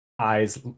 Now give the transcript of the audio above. eyes